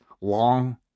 long